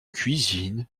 cuisine